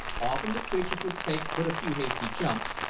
often the creatures would take but a few hasty jumps,